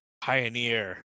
pioneer